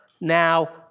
now